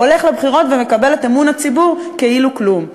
הולך לבחירות ומקבל את אמון הציבור כאילו כלום.